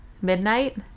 midnight